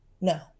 No